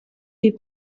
die